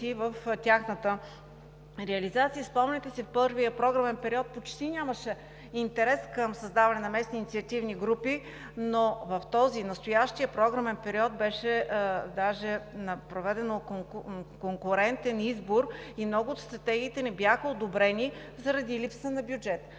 в тяхната реализация. Спомняте си в първия програмен период почти нямаше интерес към създаване на местни инициативни групи, но в този, в настоящия програмен период беше даже проведен конкурентен избор и много от стратегиите не бяха одобрени заради липсата на бюджет.